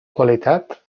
qualitat